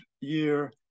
year